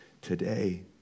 today